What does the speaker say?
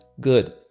good